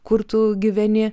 kur tu gyveni